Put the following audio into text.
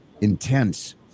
intense